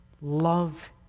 love